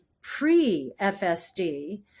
pre-FSD